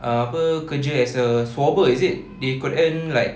ah apa kerja as a swabber is it they could earn like